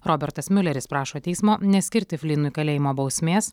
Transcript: robertas miuleris prašo teismo neskirti flynui kalėjimo bausmės